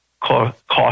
cost